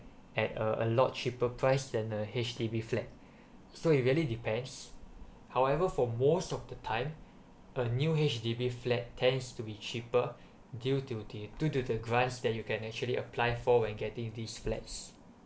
at uh a lot cheaper price than a H_D_B flat so it really depends however for most of the time a new H_D_B flat tends to be cheaper due to the due to the grants that you can actually apply for when getting this flats